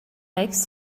makes